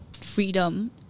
freedom